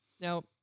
now